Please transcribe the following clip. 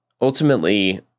ultimately